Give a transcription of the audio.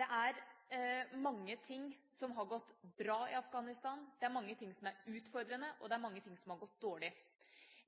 Det er mange ting som har gått bra i Afghanistan, det er mange ting som er utfordrende, og det er mange ting som har gått dårlig.